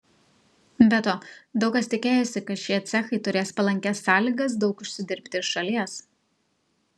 be to daug kas tikėjosi kad šie cechai turės palankias sąlygas daug užsidirbti iš šalies